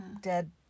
dead